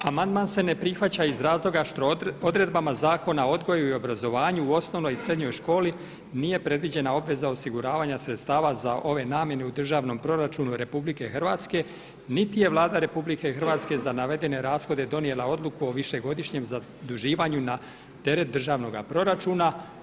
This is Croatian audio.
Amandman se ne prihvaća iz razloga što odredbama Zakona o odgoju i obrazovanju u osnovnoj i srednjoj školi nije predviđena obveza osiguravanja sredstava za ove namjene u državnom proračunu RH niti je Vlada RH za navedene rashode donijela odluku o višegodišnjem zaduživanju na teret državnoga proračuna.